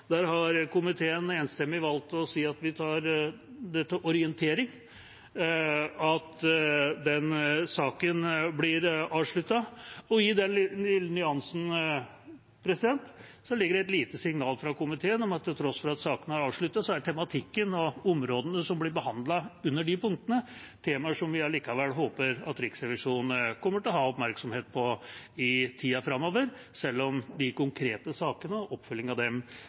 har komiteen enstemmig valgt å si at vi tar til orientering at saken blir avsluttet. I den lille nyansen ligger det et lite signal fra komiteen om at til tross for at sakene er avsluttet, er tematikken og områdene som blir behandlet under de punktene, temaer som vi allikevel håper at Riksrevisjonen kommer til å ha oppmerksomhet på i tida framover, selv om de konkrete sakene og oppfølgingen av dem